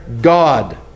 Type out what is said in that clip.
God